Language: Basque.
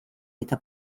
eta